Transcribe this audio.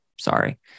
Sorry